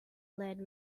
led